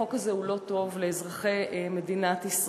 החוק הזה הוא לא טוב לאזרחי מדינת ישראל.